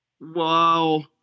Wow